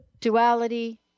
duality